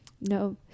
No